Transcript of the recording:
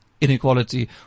inequality